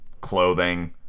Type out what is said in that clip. clothing